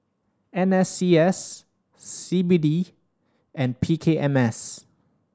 N S C S C B D and P K M S